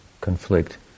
conflict